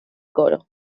coro